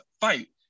fight